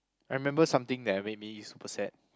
I remember something that made me super sad